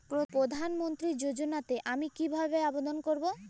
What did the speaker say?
প্রধান মন্ত্রী যোজনাতে আমি কিভাবে আবেদন করবো?